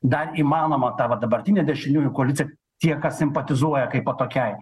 dar įmanoma ta va dabartinė dešiniųjų koalicija tie kas simpatizuoja kaipo tokiai